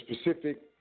specific